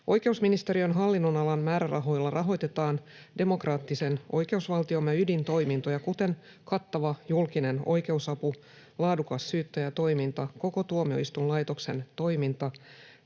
Oikeusministeriön hallinnonalan määrärahoilla rahoitetaan demokraattisen oikeusvaltiomme ydintoimintoja, kuten kattava julkinen oikeusapu, laadukas syyttäjätoiminta, koko tuomioistuinlaitoksen toiminta,